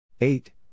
eight